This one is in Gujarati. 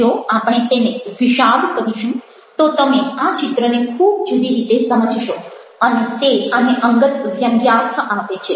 જો આપણે તેને વિષાદ કહીશું તો તમે આ ચિત્રને ખૂબ જુદી રીતે સમજશો અને તે આને અંગત વ્યંગ્યાર્થ આપે છે